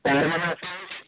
sir ମାନେ ଆସୁନାହାନ୍ତି